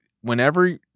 whenever